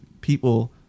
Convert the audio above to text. people